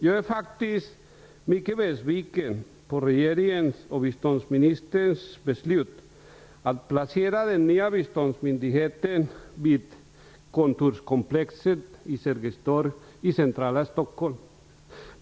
Jag är faktiskt mycket besviken på regeringens och biståndsministerns beslut att placera den nya biståndsmyndigheten i kontorskomplexen vid Sergels torg i centrala Stockholm.